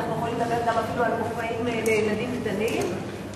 ואנחנו יכולים לדבר אפילו על מופעים לילדים קטנים,